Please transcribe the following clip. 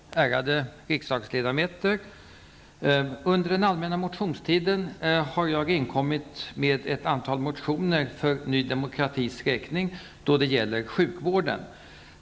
Herr talman! Ärade riksdagsledamöter! Under den allmänna motionstiden har jag inlämnat ett antal motioner för Ny Demokratis räkning då det gäller sjukvården.